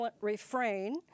refrain